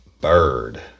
Bird